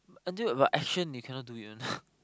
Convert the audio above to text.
until got action you cannot do it one